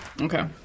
Okay